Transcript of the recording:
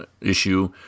issue